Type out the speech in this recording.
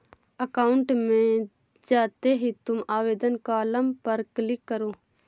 account में जाते ही तुम आवेदन कॉलम पर क्लिक करो